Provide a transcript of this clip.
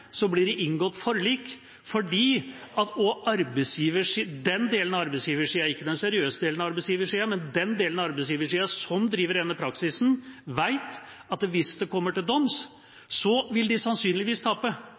så blir det inngått forlik fordi også den delen av arbeidsgiversiden – ikke den seriøse delen av arbeidsgiversiden, men den delen som driver denne praksisen – vet at hvis det kommer til doms, så vil de sannsynligvis tape.